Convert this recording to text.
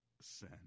sin